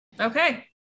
Okay